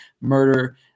murder